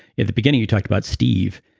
in the beginning you talked about steve.